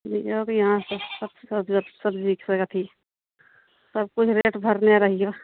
अभी यहाँ सब सबजी अथी सबकिछु रेट भरने रहिऔ